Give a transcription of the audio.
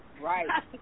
right